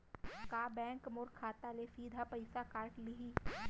का बैंक मोर खाता ले सीधा पइसा काट लिही?